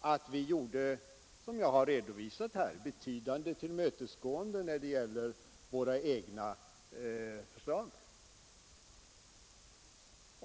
att vi gjorde — som jag har redovisat här — betydande tillmötesgåenden när det gällde våra egna förslag.